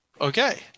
Okay